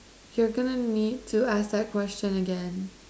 you're gonna need to ask that question again